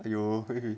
you you